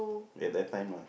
at that time lah